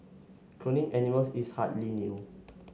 cloning animals is hardly new